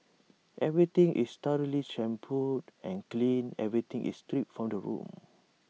everything is thoroughly shampooed and cleaned everything is stripped from the room